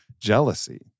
jealousy